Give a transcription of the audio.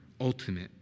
ultimate